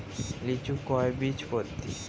লিচু কয় বীজপত্রী?